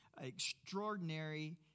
extraordinary